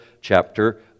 chapter